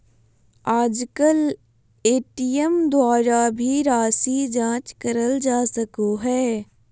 आजकल ए.टी.एम द्वारा भी राशी जाँच करल जा सको हय